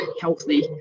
healthy